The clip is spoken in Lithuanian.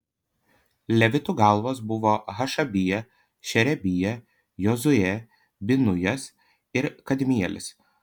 levitų galvos buvo hašabija šerebija jozuė binujas ir kadmielis